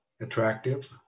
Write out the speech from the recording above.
attractive